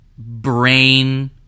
brain